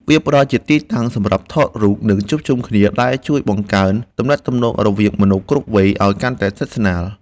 វាផ្ដល់ជាទីតាំងសម្រាប់ថតរូប និងជួបជុំគ្នា ដែលជួយបង្កើនទំនាក់ទំនងរវាងមនុស្សគ្រប់វ័យឱ្យកាន់តែស្និទ្ធស្នាល។